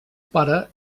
pare